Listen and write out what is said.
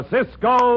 Cisco